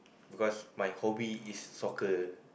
because my hobby is soccer